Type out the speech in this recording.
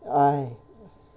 !hais!